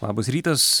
labas rytas